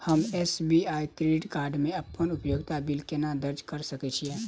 हम SBI credit card मे अप्पन उपयोगिता बिल केना दर्ज करऽ सकलिये?